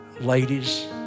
ladies